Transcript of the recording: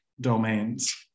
domains